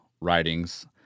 writings